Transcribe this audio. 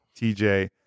TJ